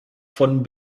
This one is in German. von